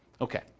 Okay